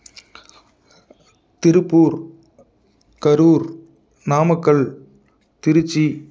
Tiruppur Karur Namakkal Trichy